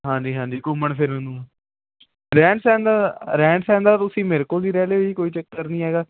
ਹਾਂਜੀ ਹਾਂਜੀ ਘੁੰਮਣ ਫਿਰਨ ਨੂੰ ਰਹਿਣ ਸਹਿਣ ਦਾ ਰਹਿਣ ਸਹਿਣ ਦਾ ਤੁਸੀਂ ਮੇਰੇ ਕੋਲ ਵੀ ਰਹਿ ਲਿਓ ਜੀ ਕੋਈ ਚੱਕਰ ਨਹੀਂ ਹੈਗਾ